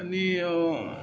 आनी